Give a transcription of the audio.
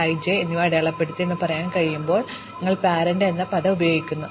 K i j എന്ന് അടയാളപ്പെടുത്തി എന്ന് പറയാൻ കഴിയുമ്പോൾ ഞങ്ങൾ പാരന്റ് എന്ന പദം ഉപയോഗിക്കും